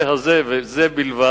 מישהו שאחראי על הנושא הזה, וזה בלבד.